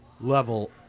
Level